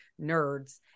nerds